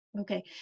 Okay